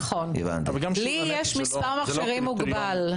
נכון, לי יש מספר מכשירים מוגבל.